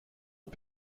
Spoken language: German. und